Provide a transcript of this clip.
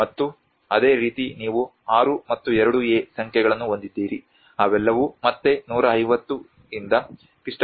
ಮತ್ತು ಅದೇ ರೀತಿ ನೀವು 6 ಮತ್ತು 2a ಸಂಖ್ಯೆಯನ್ನು ಹೊಂದಿದ್ದೀರಿ ಅವೆಲ್ಲವೂ ಮತ್ತೆ 180 ಯಿಂದ ಕ್ರಿ